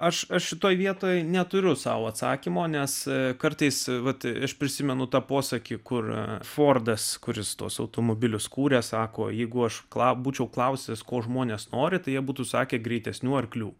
aš šitoje vietoj neturiu sau atsakymo nes kartais vat aš prisimenu tą posakį kur fordas kuris tuos automobilius kūrė sako jeigu aš kla būčiau klausęs ko žmonės nori tą jie būtų sakę greitesnių arklių